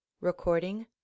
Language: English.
Recording